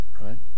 right